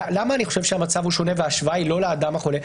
למה אני חושב שהמצב שונה וההשוואה היא לא לאדם החולה?